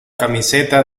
camiseta